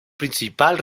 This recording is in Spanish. principal